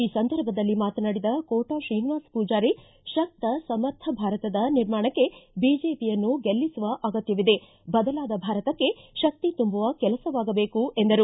ಈ ಸಂದರ್ಭದಲ್ಲಿ ಮಾತನಾಡಿದ ಕೋಟಾ ಶ್ರೀನಿವಾಸ ಪೂಜಾರಿ ಶಕ್ತ ಸಮರ್ಥ ಭಾರತದ ನಿರ್ಮಾಣಕ್ಕೆ ಬಿಜೆಪಿಯನ್ನು ಗೆಲ್ಲಿಸುವ ಅಗತ್ಖವಿದೆ ಬದಲಾದ ಭಾರತಕ್ಕೆ ಶಕ್ತಿ ತುಂಬುವ ಕೆಲಸವಾಗಬೇಕು ಎಂದರು